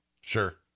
sure